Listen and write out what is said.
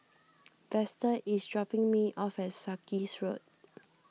Vester is dropping me off at Sarkies Road